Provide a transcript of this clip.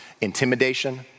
intimidation